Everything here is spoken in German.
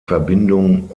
verbindung